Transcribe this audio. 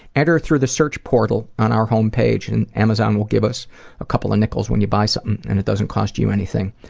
enter through the search portal on our homepage and amazon will give us a couple nickels when you buy something and it doesn't cost you anything.